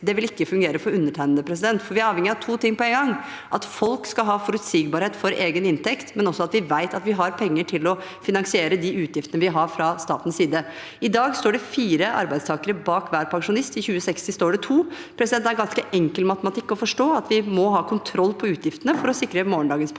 Det vil ikke fungere for undertegnende, for vi er avhengig av to ting på én gang: at folk skal ha forutsigbarhet for egen inntekt, men også at vi vet at vi har penger til å finansiere de utgiftene vi har fra statens side. I dag står det fire arbeidstakere bak hver pensjonist. I 2060 står det to. Det er ganske enkel matematikk å forstå at vi må ha kontroll på utgiftene for å sikre morgendagens pensjonister.